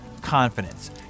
confidence